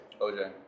OJ